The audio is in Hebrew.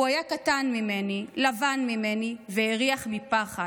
/ הוא היה קטן ממני, / לבן ממני, והריח / מפחד.